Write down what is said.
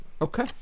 Okay